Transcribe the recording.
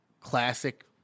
classic